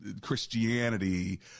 christianity